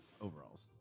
overalls